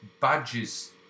badges